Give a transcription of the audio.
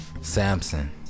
Samson